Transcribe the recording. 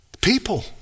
People